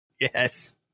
Yes